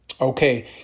Okay